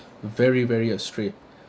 very very astray